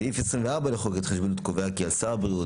סעיף 24 לחוק ההתחשבנות קובע כי על שר הבריאות